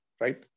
right